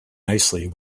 nicely